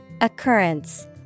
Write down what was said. Occurrence